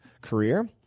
career